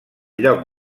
lloc